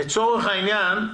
לצורך העניין,